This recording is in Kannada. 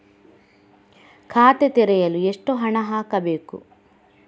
ಖಾತೆ ತೆರೆಯಲು ಎಷ್ಟು ಹಣ ಹಾಕಬೇಕು?